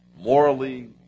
morally